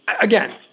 again